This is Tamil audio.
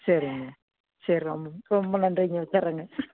சரிங்க சரி ரொம்ப ரொம்ப நன்றிங்க வச்சறேங்க